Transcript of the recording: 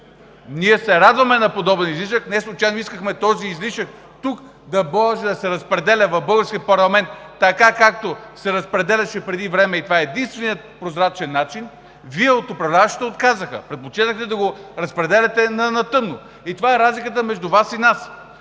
Ние се радваме на подобен излишък – неслучайно искахме този излишък тук да може да се разпределя, в българския парламент, така както се разпределяше преди време. Това е единственият прозрачен начин. Вие, управляващите, отказахте – предпочетохте да го разпределяте на тъмно. Това е разликата между Вас и нас.